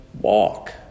walk